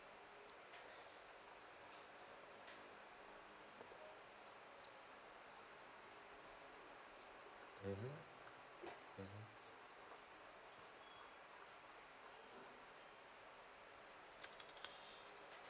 mmhmm mmhmm